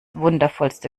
wundervollste